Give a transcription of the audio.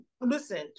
listen